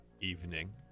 evening